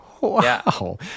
wow